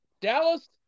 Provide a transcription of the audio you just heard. Dallas –